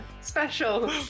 special